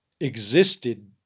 existed